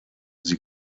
sie